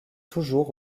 toujours